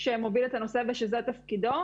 שמוביל את הנושא וזה תפקידו.